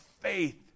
faith